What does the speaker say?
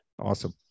awesome